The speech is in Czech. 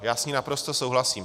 Já s ní naprosto souhlasím.